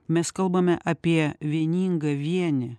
mes kalbame apie vieningą vienį